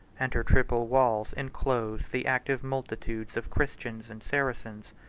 and her triple walls enclose the active multitudes of christians and saracens.